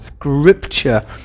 Scripture